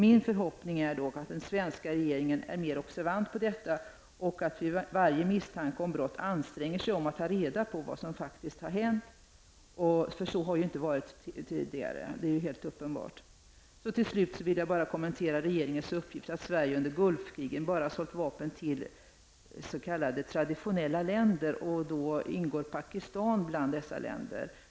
Min förhoppning är dock att den svenska regeringen är mera observant på detta och vid varje misstanke om brott anstränger sig att ta reda på vad som faktiskt har hänt. Det är helt uppenbart att så inte har skett tidigare. Till sist skulle jag vilja kommentera regeringens uppgift att Sverige under Gulfkriget bara har sålt vapen till ''traditionella länder'', däribland Pakistan.